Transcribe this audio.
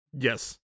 Yes